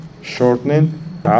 Shortening